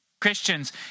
Christians